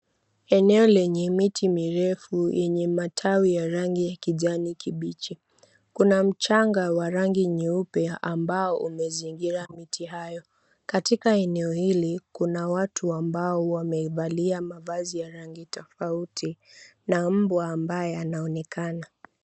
Eneo lenye miti mirefu yenye matawi ya rangi ya kijani kibichi. Kuna mchanga wa rangi nyeupe ambao umezingira miti hayo. Katika eneo hili kuna watu ambao wamevalia mavazi ya rangi tafauti na mbwa ambaye anaonekana.